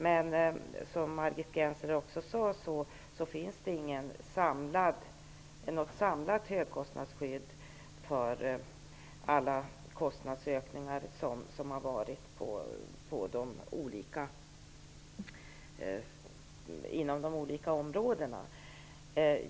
Men som Margit Gennser sade finns det inget samlat högkostnadsskydd för alla de kostnadsökningar som har skett inom de olika områdena.